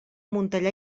montellà